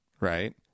right